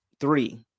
Three